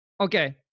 Okay